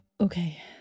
okay